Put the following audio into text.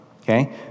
Okay